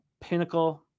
pinnacle